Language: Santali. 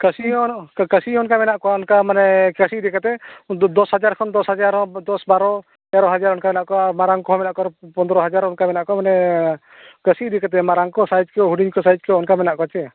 ᱠᱟᱹᱥᱤ ᱦᱚᱸ ᱠᱟᱹᱥᱤ ᱦᱚᱸ ᱚᱱᱠᱟ ᱢᱮᱱᱟᱜ ᱠᱚᱣᱟ ᱚᱱᱠᱟ ᱢᱟᱱᱮ ᱠᱟᱹᱥᱤ ᱤᱫᱤ ᱠᱟᱛᱮᱫ ᱫᱚᱥ ᱦᱟᱡᱟᱨ ᱠᱷᱚᱱ ᱫᱚᱥ ᱵᱟᱨᱚ ᱛᱮᱨᱚ ᱦᱟᱡᱟᱨ ᱚᱱᱠᱟ ᱢᱮᱱᱟᱜ ᱠᱚᱣᱟ ᱟᱨ ᱢᱟᱨᱟᱝ ᱠᱚᱦᱚᱸ ᱢᱮᱱᱟᱜ ᱠᱚᱣᱟ ᱯᱚᱸᱫᱨᱚ ᱦᱟᱡᱟᱨ ᱚᱱᱠᱟ ᱢᱮᱱᱟᱜ ᱠᱚᱣᱟ ᱢᱟᱱᱮ ᱠᱟᱹᱥᱤ ᱤᱫᱤ ᱠᱟᱛᱮᱫ ᱢᱟᱨᱟᱝ ᱠᱚ ᱥᱟᱭᱤᱡᱽ ᱠᱚ ᱦᱩᱰᱤᱧ ᱠᱚ ᱥᱟᱹᱭᱤᱡᱽ ᱠᱚ ᱚᱱᱠᱟ ᱢᱮᱱᱟᱜ ᱠᱚᱣᱟ ᱪᱮ